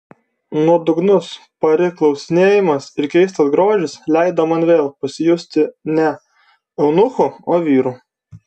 nuodugnus pari klausinėjimas ir keistas grožis leido man vėl pasijusti ne eunuchu o vyru